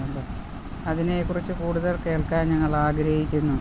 അതിനെക്കുറിച്ച് കൂടുതൽ കേൾക്കാൻ ഞങ്ങൾ ആഗ്രഹിക്കുന്നു